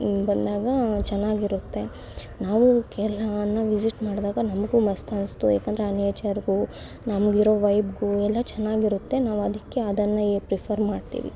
ಬಂದಾಗ ಚೆನ್ನಾಗಿರುತ್ತೆ ನಾವು ಕೇರಳವನ್ನ ವಿಸಿಟ್ ಮಾಡುವಾಗ ನಮಗೂ ಮಸ್ತನ್ನಿಸ್ತು ಏಕೆಂದ್ರೆ ಆ ನೇಚರ್ಗೂ ನಮಗಿರೋ ವೈಬ್ಗೂ ಎಲ್ಲ ಚೆನ್ನಾಗಿರುತ್ತೆ ನಾವು ಅದಕ್ಕೆ ಅದನ್ನೇ ಪ್ರಿಫರ್ ಮಾಡ್ತೀವಿ